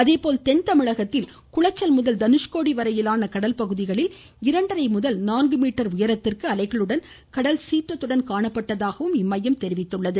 அதேபோல் தென் தமிழகத்தில் குளச்சல் முதல் தனுஷ்கோடி வரையிலான கடல் பகுதிகளில் இரண்டரை முதல் நான்கு மீட்டர் உயரத்திற்கு அலைகளுடன் கடல் சீற்றத்துடன் காணப்பட்டது